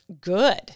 good